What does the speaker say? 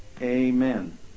amen